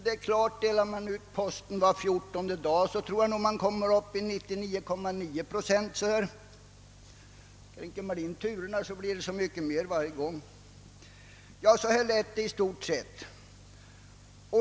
Delar man ut posten var fjortonde dag kommer man nog upp i 99,9 procent. Drar man in några turer blir det mer att dela ut på de kvarvarande. Så lät det i stort sett.